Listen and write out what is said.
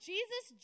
Jesus